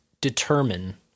determine